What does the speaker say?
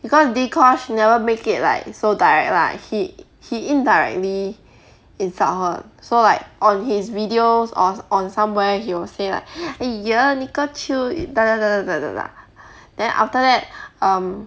because dee-kosh never make it like so direct lah he he indirectly insult her so like on his videos on on somewhere he will say like !eeyer! nicole choo da da da da da da da then after that um